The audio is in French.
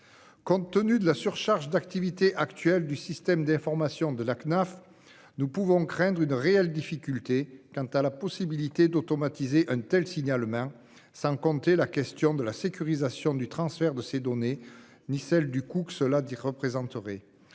Compte tenu de la surcharge d'activités actuelle du système d'information de la Cnaf, nous pouvons craindre une réelle difficulté quant à la possibilité d'automatiser un tel signalement, sans compter la question de la sécurisation du transfert de ces données et celle du coût que cela représenterait.